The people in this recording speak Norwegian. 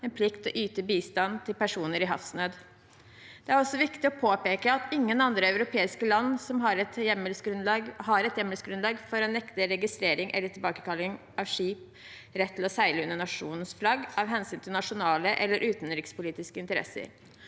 plikt til å yte bistand til personer i havsnød. Det er også viktig å påpeke at ingen andre europeiske land har hjemmelsgrunnlag for å nekte registrering eller tilbakekalling av skips rett til å seile under nasjonens flagg av hensyn til nasjonale eller utenrikspolitiske interesser.